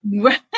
Right